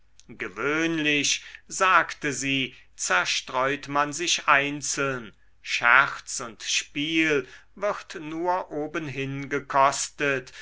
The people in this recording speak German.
gewöhnlich sagte sie zerstreut man sich einzeln scherz und spiel wird nur obenhin gekostet